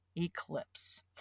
eclipse